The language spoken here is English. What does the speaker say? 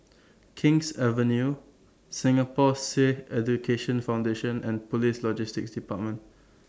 King's Avenue Singapore Sikh Education Foundation and Police Logistics department